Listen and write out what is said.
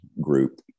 group